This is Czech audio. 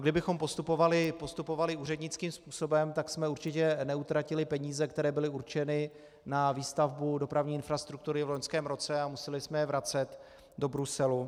Kdybychom postupovali úřednickým způsobem, tak jsme určitě neutratili peníze, které byly určeny na výstavbu dopravní infrastruktury v loňském roce a museli jsme je vracet do Bruselu.